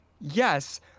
yes